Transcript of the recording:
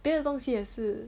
别的东西也是